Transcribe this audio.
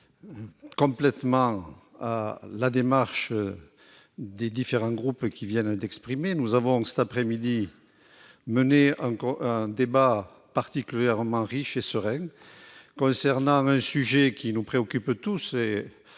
nous avons mené un débat particulièrement riche et serein sur un sujet qui nous préoccupe tous.